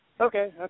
okay